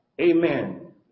amen